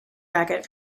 racket